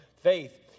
faith